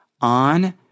on